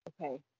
Okay